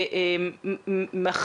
לילות כימים,